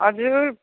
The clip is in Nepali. हजुर